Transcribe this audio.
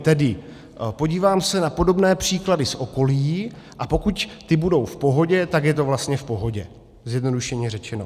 Tedy podívám se na podobné příklady z okolí, a pokud ty budou v pohodě, tak je to vlastně v pohodě, zjednodušeně řečeno.